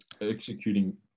executing